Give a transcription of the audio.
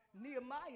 Nehemiah